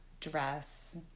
dress